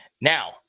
Now